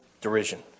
derision